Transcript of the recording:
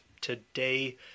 today